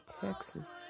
Texas